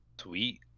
Sweet